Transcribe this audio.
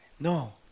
no